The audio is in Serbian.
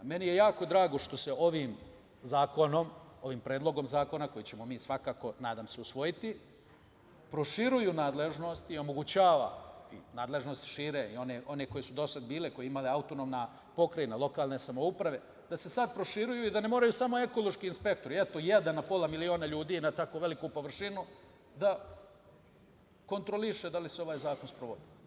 Meni je jako drago što se ovim zakonom, ovim predlogom zakona koji ćemo mi svakako, nadam se, usvojiti, proširuju nadležnosti one koje su do sada bile, koje je imala autonomna pokrajina, lokalne samouprave, da se sada proširuju i da ne moraju samo ekološki inspektori, eto, jedan na pola miliona ljudi je na tako veliku površinu, da kontrolišu da li se ovaj zakon sprovodi.